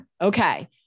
Okay